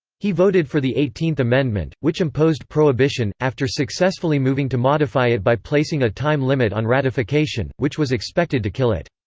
he voted for the eighteenth amendment, which imposed prohibition, after successfully moving to modify it by placing a time limit on ratification, which was expected to kill it.